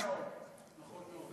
נכון מאוד.